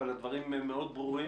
אבל הדברים מאוד ברורים.